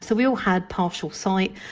so we all had partial sight,